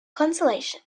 consolation